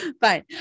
Fine